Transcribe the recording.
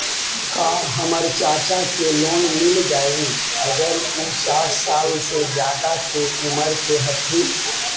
का हमर चाचा के लोन मिल जाई अगर उ साठ साल से ज्यादा के उमर के हथी?